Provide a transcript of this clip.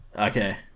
Okay